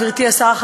גברתי השרה,